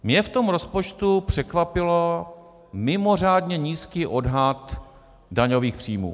Mě v tom rozpočtu překvapil mimořádně nízký odhad daňových příjmů.